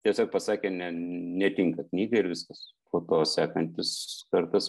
tiesiog pasakė ne netinka knygą ir viskas po to sekantis kartas